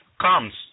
comes